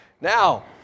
Now